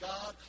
God